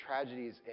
tragedies